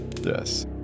Yes